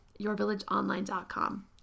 yourvillageonline.com